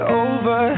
over